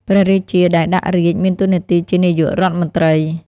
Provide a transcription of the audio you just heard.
ព្រះរាជាដែលដាក់រាជ្យមានតួនាទីជានាយករដ្ឋមន្ត្រី។